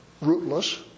rootless